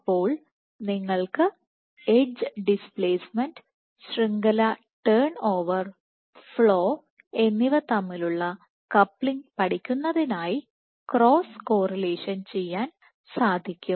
അപ്പോൾ നിങ്ങൾക്ക് edge displacement ശൃംഖല ടേൺ ഓവർ ഫ്ലോ എന്നിവ തമ്മിലുള്ള കപ്ലിങ് പഠിക്കുന്നതിനായി ക്രോസ് കോറിലേഷൻ ചെയ്യാൻ സാധിക്കും